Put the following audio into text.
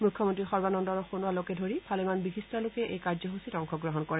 মুখ্য মন্ত্ৰী সৰ্বানন্দ সোনোৱালকে ধৰি ভালেমান বিশিষ্ট লোকে এই কাৰ্যসূচীত অংশ গ্ৰহণ কৰে